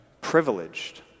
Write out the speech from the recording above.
privileged